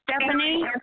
Stephanie